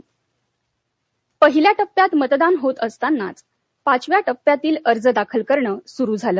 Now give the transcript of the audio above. सोनिया गांधी पहिल्या टप्प्यात मतदान होत असतानाच पाचव्या टप्प्यातील अर्ज दाखल करणं सुरू झालं